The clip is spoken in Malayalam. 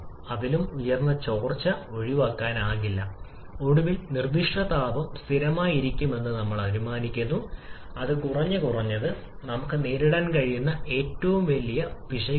നമ്മൾ കംപ്രഷൻ പ്രക്രിയ ആരംഭിക്കുന്ന സ്റ്റാൻഡേർഡ് ഓട്ടോ സൈക്കിൾ ഡയഗ്രം ഇതാണ് പോയിന്റ് നമ്പർ 1 ഉം പോയിന്റ് നമ്പർ 2 ലേക്ക് പോകുന്ന ഐസെൻട്രോപിക് പ്രക്രിയയും